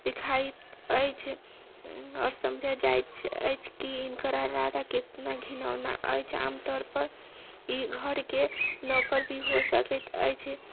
दिखाइत अछि आओर समझै जात अछि कि हिनकर आदत कितना घिनौना अछि आमतौर पर ई घरके नौकर भी हो सकैत अछि